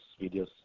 videos